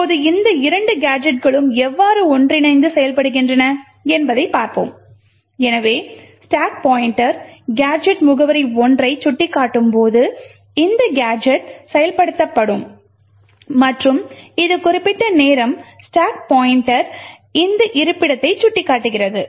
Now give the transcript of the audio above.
இப்போது இந்த இரண்டு கேஜெட்களும் எவ்வாறு ஒன்றிணைந்து செயல்படுகின்றன என்பதைப் பார்ப்போம் எனவே ஸ்டாக் பாய்ண்ட்டர் கேஜெட் முகவரி 1 ஐ சுட்டிக்காட்டும்போது இந்த கேஜெட் செயல்படுத்தப்படும் மற்றும் இது குறிப்பிட்ட நேரம் ஸ்டாக் பாய்ண்ட்டர் இந்த இருப்பிடத்தை சுட்டிக்காட்டுகிறது